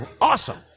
awesome